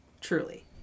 truly